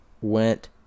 went